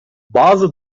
bazı